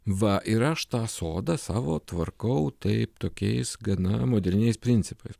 va ir aš tą sodą savo tvarkau taip tokiais gana moderniais principais